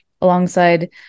alongside